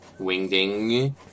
Wingding